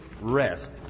rest